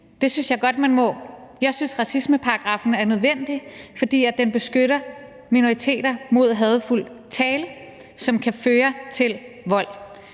Det synes jeg godt man må. Jeg synes, at racismeparagraffen er nødvendig, fordi den beskytter minoriteter mod hadefuld tale, som kan føre til vold.